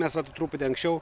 mes vat truputį anksčiau